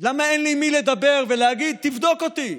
למה אין לי עם מי לדבר ולהגיד: תבדוק אותי,